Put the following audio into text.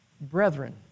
brethren